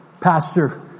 Pastor